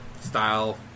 style